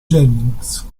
jennings